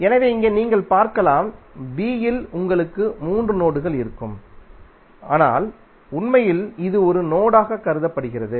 எனவே இங்கே நீங்கள் பார்க்கலாம் b இல் உங்களுக்கு மூன்று நோடுகள் இருக்கும் ஆனால் உண்மையில் இது ஒரு நோடாக கருதப்படுகிறது